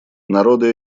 народы